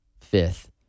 fifth